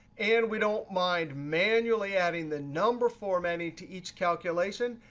and we don't mind manually adding the number formatting to each calculation.